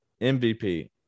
mvp